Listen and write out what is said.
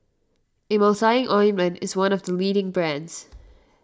Emulsying Ointment is one of the leading brands